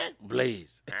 Blaze